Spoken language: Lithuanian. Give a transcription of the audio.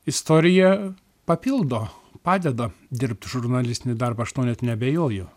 istorija papildo padeda dirbt žurnalistinį darbą aš tuo net neabejoju